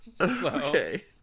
Okay